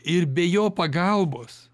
ir be jo pagalbos